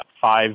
five